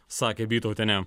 sakė bytautienė